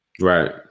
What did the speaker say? Right